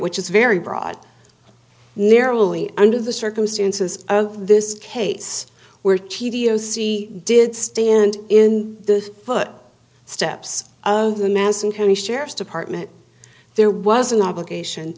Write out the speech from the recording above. which is very broad narrowly under the circumstances of this case were t d o c did stand in the foot steps of the manson county sheriff's department there was an obligation